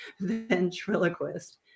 ventriloquist